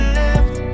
left